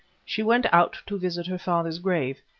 she went out to visit her father's grave,